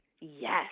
Yes